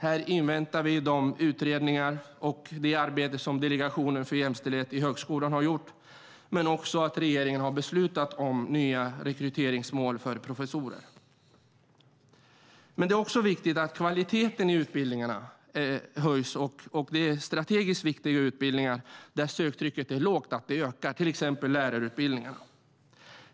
Här inväntar vi de utredningar och det arbete som Delegationen för jämställdhet i högskolan har gjort liksom att regeringen har beslutat om nya rekryteringsmål för professorer. Det är också viktigt att kvaliteten i utbildningarna höjs och att antalet sökande ökar på vissa strategiskt viktiga utbildningar där söktrycket är lågt, till exempel lärarutbildningarna.